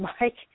Mike